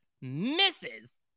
misses